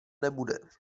nebude